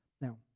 Now